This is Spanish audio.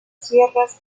sierras